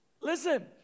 Listen